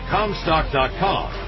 Comstock.com